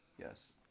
Yes